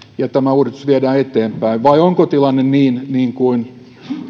ja tämä uudistus viedään eteenpäin vai onko tilanne niin niin kuin